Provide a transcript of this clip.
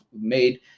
made